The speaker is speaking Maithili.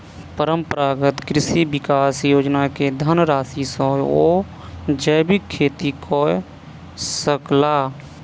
परंपरागत कृषि विकास योजना के धनराशि सॅ ओ जैविक खेती कय सकला